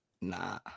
Nah